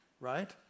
right